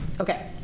Okay